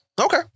Okay